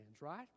right